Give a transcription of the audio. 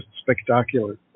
spectacular